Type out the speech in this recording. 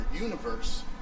universe